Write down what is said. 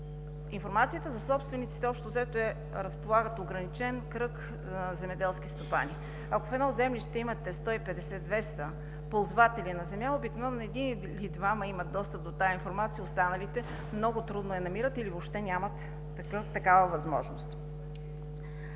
информацията за собствениците общо взето разполагат ограничен кръг земеделски стопани. Ако в едно землище имате 150-200 ползватели на земя, обикновено един или двама имат достъп до тази информация. Останалите или много трудно я намират, или въобще нямат такава възможност.